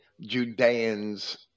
Judeans